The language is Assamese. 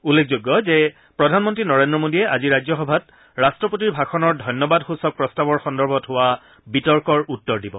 উল্লেখযোগ্য যে প্ৰধানমন্ত্ৰী নৰেন্দ্ৰ মোডীয়ে আজি ৰাজ্যসভাত ৰট্টপতিৰ ভাষণৰ ধন্যবাদসূচক প্ৰস্তাৱৰ সন্দৰ্ভত হোৱা বিতৰ্কৰ উত্তৰ দিব